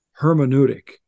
hermeneutic